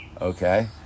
okay